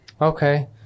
Okay